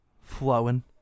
Flowing